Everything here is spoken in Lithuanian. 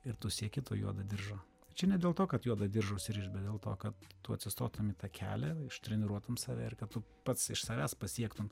ir tu sieki to juodo diržo tai čia ne dėl to kad juodą diržą užsirišt bet dėl to kad tu atsistotum į tą kelią ištreniruotum save ir kad tu pats iš savęs pasiektum